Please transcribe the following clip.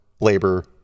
labor